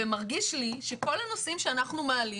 ומרגיש לי שכל הנושאים שאנחנו מעלים